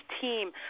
team